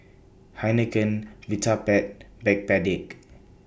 Heinekein Vitapet Backpedic